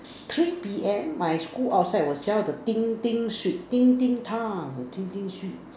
three P M my school outside will sell the 叮叮 sweet 叮叮糖叮叮 sweet